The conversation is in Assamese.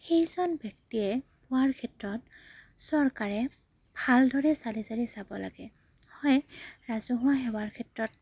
সেইজন ব্যক্তিয়ে পোৱাৰ ক্ষেত্ৰত চৰকাৰে ভালদৰে চালি জাৰি চাব লাগে হয় ৰাজহুৱা সেৱাৰ ক্ষেত্ৰত